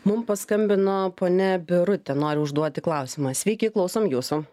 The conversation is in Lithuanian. mum paskambino ponia birutė nori užduoti klausimą sveiki klausom jūsų